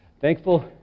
thankful